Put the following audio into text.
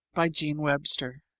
by jean webster